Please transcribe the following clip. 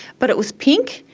but it was pink,